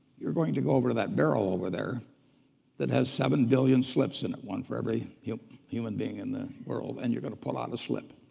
you're going to go over to that barrel over there that has seven billion slips in it, one for every human being in the world, and you're going to pull out a slip.